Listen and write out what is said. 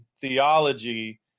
theology